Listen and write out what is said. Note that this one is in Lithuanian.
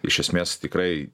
iš esmės tikrai